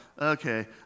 okay